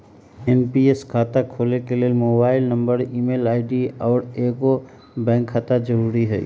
NPS खता खोले के लेल मोबाइल नंबर, ईमेल आई.डी, आऽ एगो बैंक खता जरुरी हइ